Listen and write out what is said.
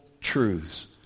truths